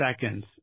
seconds